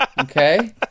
Okay